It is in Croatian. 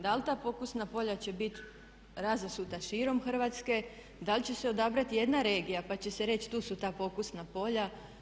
Da li ta pokusna polja će bit razasuta širom Hrvatske, da li će se odabrati jedna regija pa će se reći tu su ta pokusna polja.